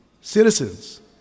citizens